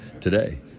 today